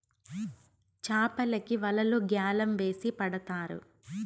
చాపలకి వలలు గ్యాలం వేసి పడతారు